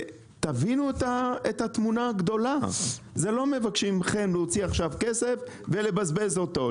לא מבקשים מכם להוציא עכשיו כסף ולבזבז אותו,